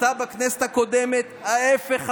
עשתה בכנסת הקודמת ההפך המוחלט,